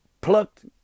plucked